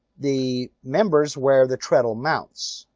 the members where the treadle mounts.